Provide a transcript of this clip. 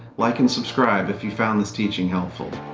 like and subscribe if you found this teaching helpful.